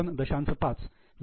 5 लाख द्यावे लागतील